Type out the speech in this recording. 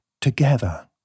together